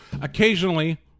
occasionally